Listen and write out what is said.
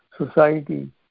society